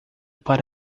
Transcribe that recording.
para